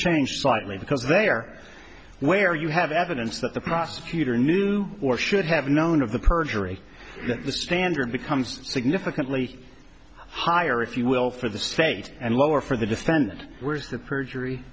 changed slightly because there where you have evidence that the prosecutor knew or should have known of the perjury the standard becomes significantly higher if you will for the state and lower for the defendant whereas the perjury